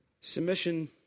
Submission